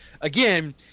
again